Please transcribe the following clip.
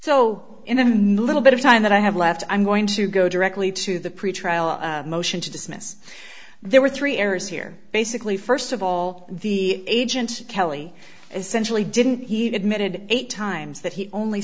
new little bit of time that i have left i'm going to go directly to the pretrial motion to dismiss there were three errors here basically first of all the agent kelley essentially didn't he admitted eight times that he only